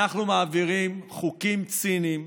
אנחנו מעבירים חוקים ציניים